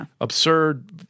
absurd